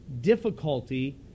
difficulty